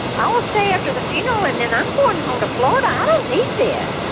i'll stay after the funeral, and then i'm going home to florida. i don't need this.